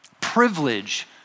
privilege